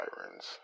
sirens